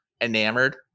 enamored